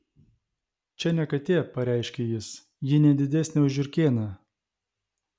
čia ne katė pareiškė jis ji ne didesnė už žiurkėną